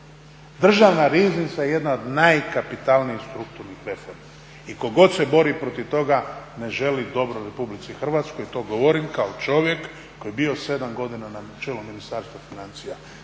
Državna riznica je jedna od najkapitalnijih strukturnih reformi. I tko god se bori protiv toga ne želi dobro Republici Hrvatskoj. To govorim kao čovjek koji je bio na čelu Ministarstva financija.